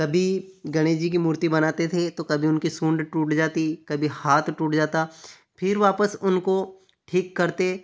कभी गणेश जी की मूर्ति बनाते थे तो कभी उनकी सूंड टूट जाती कभी हाथ टूट जाता फिर वापस उनको ठीक करते